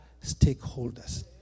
stakeholders